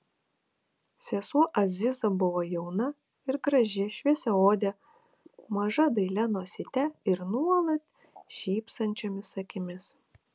sesuo aziza buvo jauna ir graži šviesiaodė maža dailia nosyte ir nuolat šypsančiomis akimis